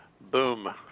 boom